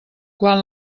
quan